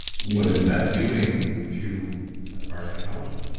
what is that doing to our psychology?